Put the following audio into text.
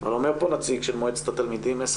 אבל אומר כאן נציג של מועצת התלמידים ש-10